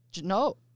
No